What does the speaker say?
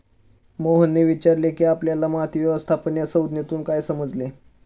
मोहनने विचारले आपल्याला माती व्यवस्थापन या संज्ञेतून काय समजले?